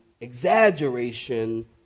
exaggeration